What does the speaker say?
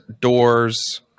doors